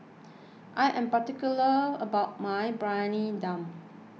I am particular about my Briyani Dum